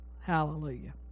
Hallelujah